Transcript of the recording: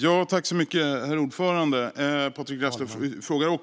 Herr talman! Patrick Reslow frågar